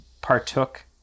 partook